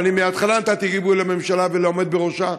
ואני מההתחלה נתתי גיבוי לממשלה ולעומד בראשה,